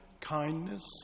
kindness